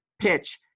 PITCH